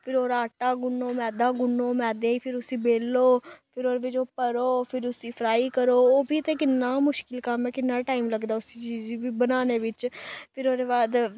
फिर ओह्दा आटा गुन्नो मैदा गुन्नो मैदे गी फिर उस्सी बेल्लो फिर ओह्दे बिच्च ओह् भरो फिर उस्सी फ्राई करो ओह् बी ते किन्ना मुश्कल कम्म ऐ किन्ना टाइम लगदा उस्सी चीज गी बी बनाने बिच्च फिर ओह्दे बाद